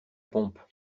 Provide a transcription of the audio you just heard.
pompe